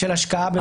של השקעה.